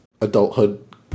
adulthood